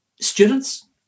students